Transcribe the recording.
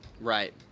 Right